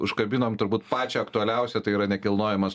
užkabinom turbūt pačią aktualiausią tai yra nekilnojamas